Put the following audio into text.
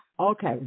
Okay